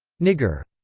nigger!